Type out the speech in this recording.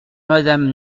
madame